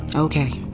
okay.